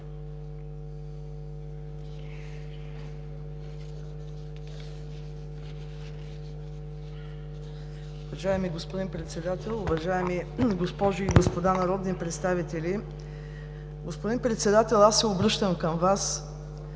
Уважаеми господин Председател, уважаеми госпожи и господа народни представители! Господин Председател, аз се обръщам към Вас.